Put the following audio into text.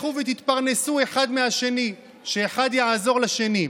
לכו ותתפרנסו אחד מהשני, שאחד יעזור לשני.